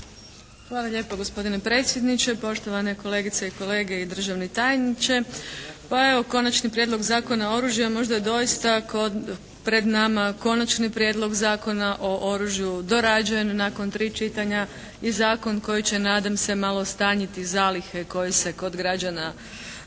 Hvala lijepo gospodine predsjedniče. Poštovane kolegice i kolege i državni tajniče pa evo Konačni prijedlog Zakona o oružju možda je doista pred nama Konačni prijedlog zakona o oružju, dorađen nakon 3 čitanja i zakon koji će nadam se malo stanjiti zalihe koje se kod građana nalaze,